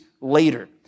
later